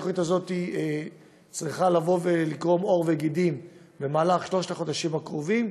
התוכנית הזאת צריכה לקרום עור וגידים בשלושת החודשים הקרובים,